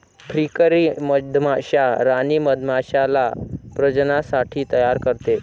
फ्रीकरी मधमाश्या राणी मधमाश्याला प्रजननासाठी तयार करते